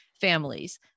families